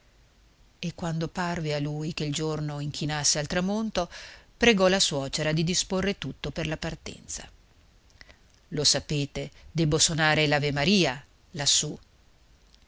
e quando parve a lui che il giorno inchinasse al tramonto pregò la suocera di disporre tutto per la partenza lo sapete debbo sonare l'avemaria lassù